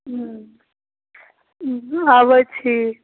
हुँ अबै छी